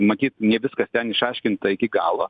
matyt ne viskas ten išaiškinta iki galo